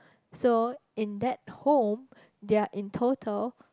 so in that home they are in total